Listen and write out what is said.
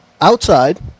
outside